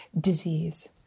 disease